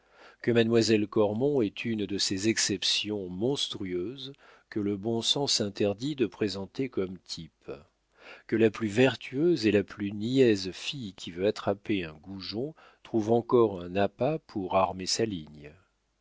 que mademoiselle cormon est une de ces exceptions monstrueuses que le bon sens interdit de présenter comme type que la plus vertueuse et la plus niaise fille qui veut attraper un goujon trouve encore un appât pour armer sa ligne